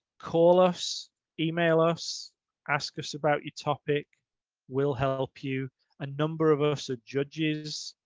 call us email us ask us about your topic will help you a number of us are judges.